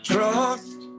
Trust